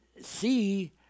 see